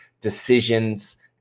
decisions